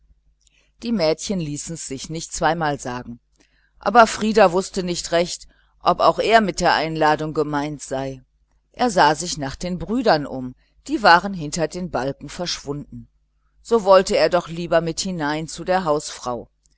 die mädchen ließen sich's nicht zweimal sagen aber frieder wußte nicht recht ob er auch mit der einladung gemeint sei er sah sich nach den brüdern um die waren hinter den balken verschwunden so wollte er doch lieber mit hinein zu der hausfrau